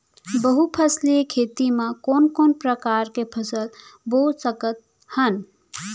बहुफसली खेती मा कोन कोन प्रकार के फसल बो सकत हन?